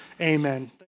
Amen